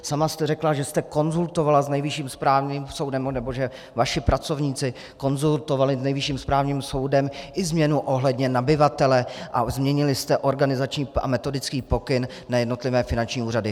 Sama jste řekla, že jste konzultovala s Nejvyšším správním soudem, nebo že vaši pracovníci konzultovali s Nejvyšším správním soudem i změnu ohledně nabyvatele, a změnili jste organizační a metodický pokyn na jednotlivé finanční úřady.